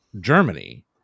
Germany